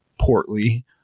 portly